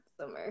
summer